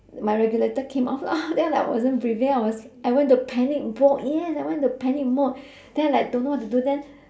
my regulator came off lah and like I wasn't breathing I was I went to panic mode yes I went to panic mode then I don't know what to do then